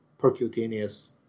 percutaneous